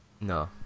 No